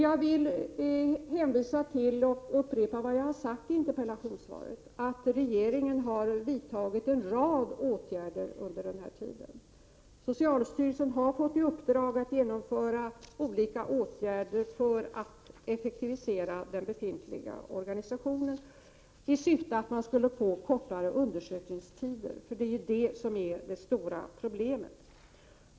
Jag vill hänvisa till och upprepa vad jag har sagt i interpellationssvaret, att regeringen har vidtagit en rad åtgärder under denna tid. Socialstyrelsen har fått i uppdrag att genomföra olika åtgärder för att effektivisera den befintliga organisationen i syfte att få kortare undersökningstider. Det är de långa undersökningstiderna som är det stora problemet.